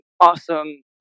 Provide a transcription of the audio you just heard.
awesome